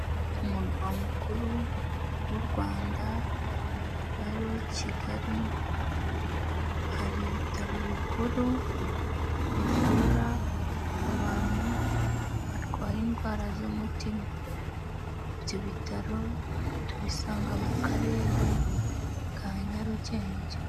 Umurwa mukuru w'u Rwanda ari wo Kigali, hari ibitaro bikuru bivura abantu barwaye indwara z'umutima, ibyo bitaro tubisanga mu karere ka Nyarugenge.